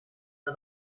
for